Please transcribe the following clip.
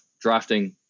drafting